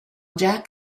jack